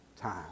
time